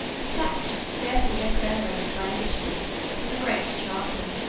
a statute scarcely less venerated by englishmen than the great charter.